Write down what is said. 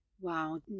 Wow